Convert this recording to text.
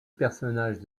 personnage